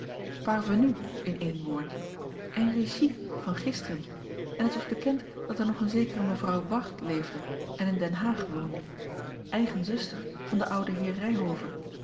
parvenus in één woord enrichis van gisteren en t was a l g bosboom-toussaint langs een omweg bekend dat er nog eene zekere mevrouw ward leefde en in den haag woonde eigen zuster van den ouden heer